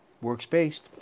works-based